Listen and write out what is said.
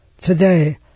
today